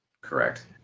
correct